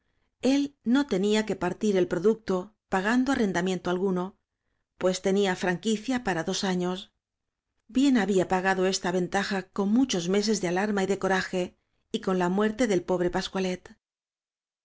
él no tenía que partir el producto pagando arrenda miento alguno pues tenía franquicia para dos años bien había pagado esta ventaja con mu chos meses de alarma y de coraje y con la muerte del pobre pascualet